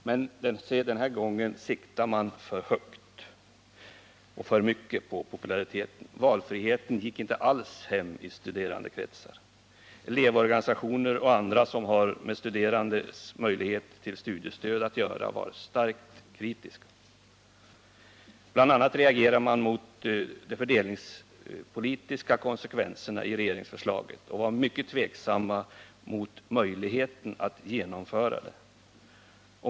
Men se den här gången satsade man för hårt på populariteten. Valfriheten gick inte alls hem i studerandekretsar. Elevorganisationerna och andra som har med studerandes möjligheter till studiestöd att göra var starkt kritiska. Bl. a. reagerade man mot de fördelningspolitiska konsekvenserna av regeringsförslaget och var mycket tveksam mot möjligheten att genomföra det.